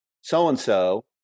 so-and-so